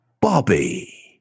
Bobby